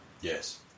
Yes